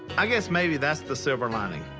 i guess maybe that's the silver lining.